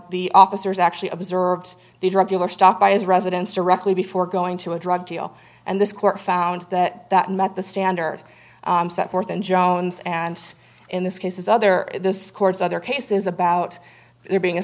the officers actually observed the drug dealer stop by his residence directly before going to a drug deal and this court found that that met the standard set forth in jones and in this case as other this court's other cases about there being a